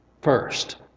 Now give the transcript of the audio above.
first